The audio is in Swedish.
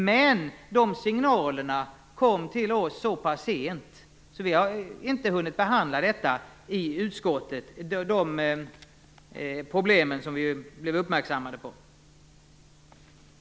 Men de signalerna kom till oss så pass sent att vi inte har hunnit att behandla de problem som vi i utskottet blev uppmärksammade på.